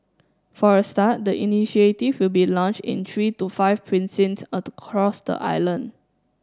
for a start the initiative will be launched in three to five precincts across the island